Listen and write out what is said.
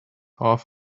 half